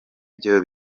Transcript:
byo